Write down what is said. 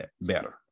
better